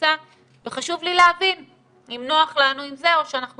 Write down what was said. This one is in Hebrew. תפוסה וחשוב לי להבין אם נוח לנו עם זה או שאנחנו